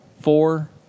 four